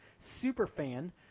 Superfan